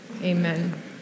Amen